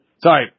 Sorry